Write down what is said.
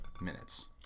minutes